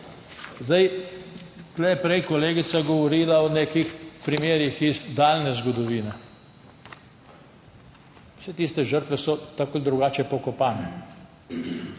naprej. Tu je prej kolegica govorila o nekih primerih iz daljne zgodovine. Vse tiste žrtve so tako ali drugače pokopane.